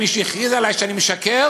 ומי שהכריז עלי שאני משקר,